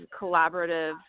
collaborative